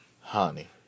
Honey